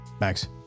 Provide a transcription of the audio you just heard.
Max